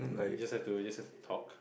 you just have to have to talk